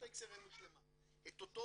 מערכת